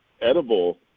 edible